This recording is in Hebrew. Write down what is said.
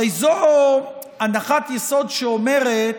הרי זו הנחת יסוד שאומרת: